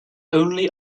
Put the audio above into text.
only